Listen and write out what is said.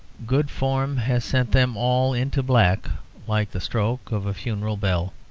good form has sent them all into black like the stroke of a funeral bell.